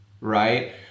right